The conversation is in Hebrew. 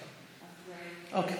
חבר הכנסת יוסף טייב,